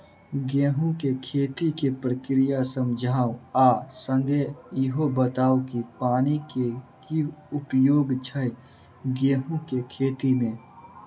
गेंहूँ केँ खेती केँ प्रक्रिया समझाउ आ संगे ईहो बताउ की पानि केँ की उपयोग छै गेंहूँ केँ खेती में?